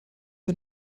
wir